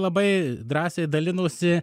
labai drąsiai dalinosi